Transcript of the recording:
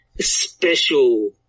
special